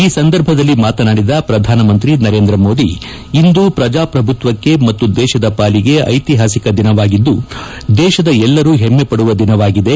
ಈ ಸಂದರ್ಭದಲ್ಲಿ ಮಾತನಾಡಿದ ಪ್ರಧಾನಮಂತ್ರಿ ನರೇಂದ್ರ ಮೋದಿ ಇಂದು ಪ್ರಜಾಪ್ರಭುತ್ವಕ್ಷ ಮತ್ತು ದೇಶದ ಪಾಲಿಗೆ ಐತಿಹಾಸಿಕ ದಿನವಾಗಿದ್ದು ದೇಶದ ಎಲ್ಲರೂ ಹೆಮ್ಮೆಪಡುವ ದಿನವಾಗಿದೆ